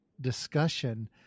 discussion